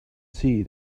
see